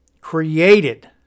created